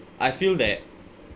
I feel that